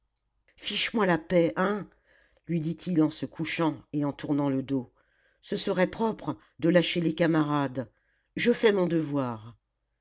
fiche moi la paix hein lui dit-il en se couchant et en tournant le dos ce serait propre de lâcher les camarades je fais mon devoir